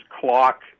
clock